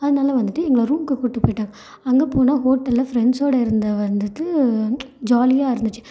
அதனால வந்துட்டு எங்களை ரூம்க்கு கூட்டு போய்ட்டாங்க அங்கே போனால் ஹோட்டல்ல ஃப்ரெண்ட்ஸ்ஸோட இருந்த வந்துட்டு ஜாலியாக இருந்துச்சு